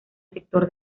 sector